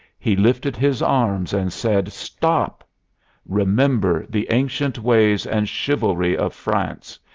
he lifted his arms and said stop remember the ancient ways and chivalry of france.